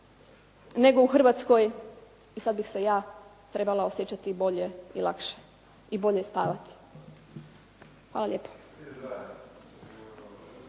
nego u Hrvatskoj i sada bi se ja trebala osjećati bolje i lakše i bolje spavati. Hvala lijepo.